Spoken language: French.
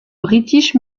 british